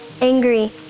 angry